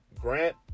Grant